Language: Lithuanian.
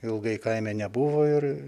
ilgai kaime nebuvo ir